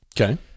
Okay